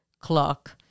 clock